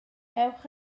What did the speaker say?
ewch